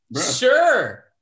Sure